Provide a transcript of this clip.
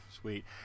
sweet